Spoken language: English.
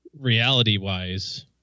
reality-wise